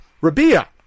Rabia